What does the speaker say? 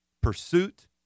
pursuit